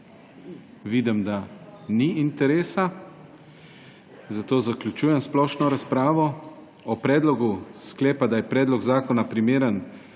Vidim, da ni interesa, zato zaključujem splošno razpravo. O predlogu sklepa, da je predlog zakona primeren